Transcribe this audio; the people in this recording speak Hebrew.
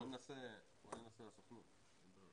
בוא ננסה עם הסוכנות.